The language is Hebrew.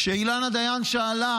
כשאילנה דיין שאלה,